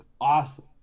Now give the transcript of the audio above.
awesome